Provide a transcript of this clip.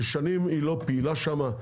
ששנים היא לא פעילה שם?